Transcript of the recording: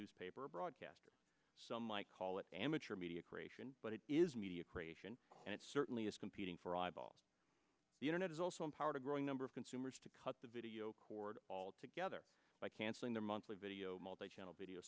newspaper broadcaster some might call it amateur media creation but it is media creation and it certainly is competing for eyeballs the internet is also empowered a growing number of consumers to cut the video cord altogether by canceling their monthly video multichannel video